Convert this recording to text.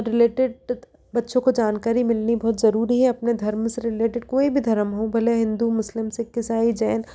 related ड बच्चों को जानकारी मिलनी बहुत जरुरी है अपने धर्म से रिलेटेड कोई भी धरम हो भले हिन्दू मुस्लिम सिख ईसाई जैन